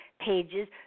pages